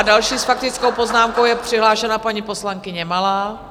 Další s faktickou poznámkou je přihlášena paní poslankyně Malá.